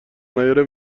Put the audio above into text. نیاره